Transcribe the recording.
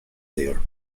there